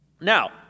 Now